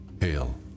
Hail